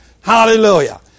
Hallelujah